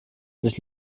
sich